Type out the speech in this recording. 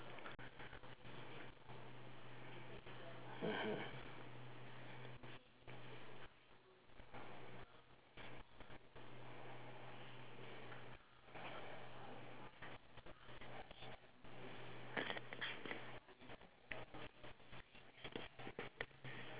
mmhmm